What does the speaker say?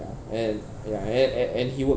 ya and ya and and and he works